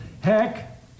Heck